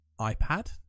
iPad